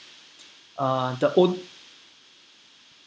uh the on